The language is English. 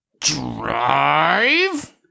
Drive